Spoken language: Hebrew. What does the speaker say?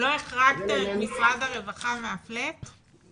לא החרגתם את משרד הרווחה מה-flat?